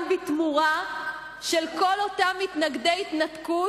בתמורה של כל אותם מתנגדי התנתקות,